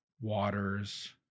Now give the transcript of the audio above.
Waters